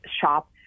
shop